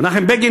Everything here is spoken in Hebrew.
מנחם בגין,